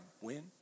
win